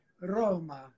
Roma